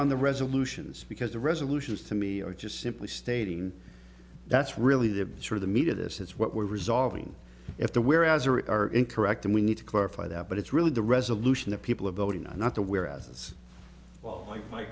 on the resolutions because the resolution is to me or just simply stating that's really the sort of the media this is what we're resolving if the whereas or it are incorrect and we need to clarify that but it's really the resolution that people are voting on not to where as well my